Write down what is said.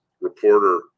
reporter